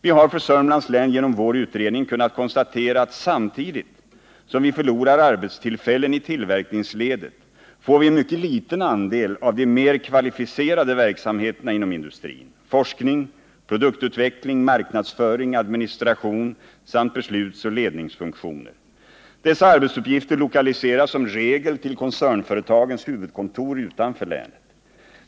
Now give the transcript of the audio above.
Vi har för Sörmlands län genom vår utredning kunnat konstatera att samtidigt som vi förlorar arbetstillfällen i tillverkningsledet, får vi en mycket liten andel av de mer kvalificerade verksamheterna inom industrin: forskning, produktutveckling, marknadsföring, administration samt beslutsoch ledningsfunktioner. Dessa arbetsuppgifter lokaliseras som regel till koncernföretagens huvudkontor utanför länet.